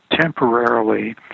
temporarily